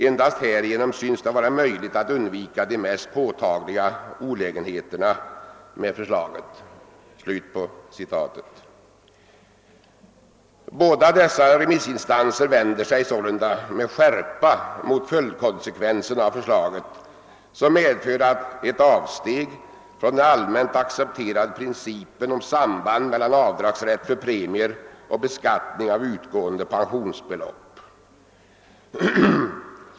Endast härigenom synes det vara möjligt att undvika de mest påtagliga olägenheterna med förslaget.» Båda dessa remissinstanser vänder sig sålunda med skärpa mot följdkonsekvensen av förslaget, som innebär ett avsteg från den allmänt accepterade principen om samband mellan avdragsrätt för premier och beskattning av utgående pensionsbelopp.